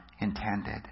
intended